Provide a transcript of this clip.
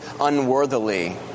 unworthily